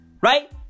Right